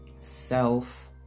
self